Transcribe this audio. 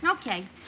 Okay